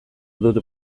dut